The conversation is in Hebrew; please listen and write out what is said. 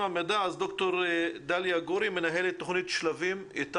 דוקטור דליה גורי, מנהלת תוכנית שלבים, אתנו?